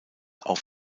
auf